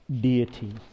deity